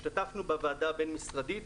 השתתפנו בוועדה הבין-משרדית